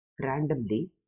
randomly